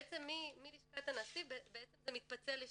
בעצם מלשכת הנשיא זה מתפצל לשניים.